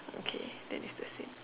okay then is the same